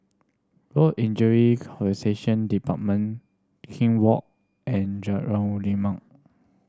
Work Injury Compensation Department King Walk and Lima